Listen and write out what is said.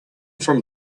from